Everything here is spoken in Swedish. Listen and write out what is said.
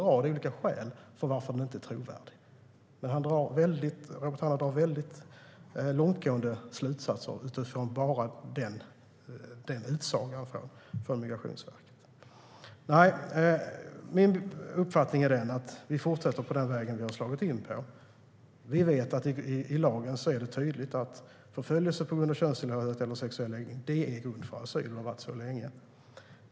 Robert Hannah drar väldigt långtgående slutsatser utifrån bara en utsaga från Migrationsverket. Min uppfattning är att vi ska fortsätta på den väg som vi har slagit in på. I lagen är det tydligt att förföljelse på grund av könstillhörighet eller sexuell läggning är grund för asyl, och har varit det länge.